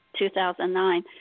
2009